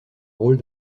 rôle